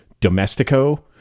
domestico